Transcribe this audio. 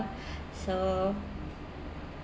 so